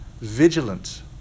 vigilant